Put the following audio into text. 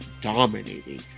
dominating